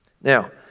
Now